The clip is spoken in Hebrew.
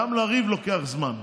גם לריב לוקח זמן.